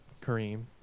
Kareem